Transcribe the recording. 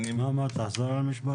תחזור על המשפט.